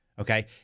okay